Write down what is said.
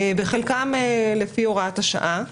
בחלקם לפי הוראת השעה.